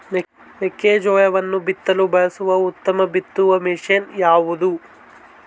ಮೆಕ್ಕೆಜೋಳವನ್ನು ಬಿತ್ತಲು ಬಳಸುವ ಉತ್ತಮ ಬಿತ್ತುವ ಮಷೇನ್ ಯಾವುದು?